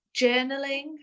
journaling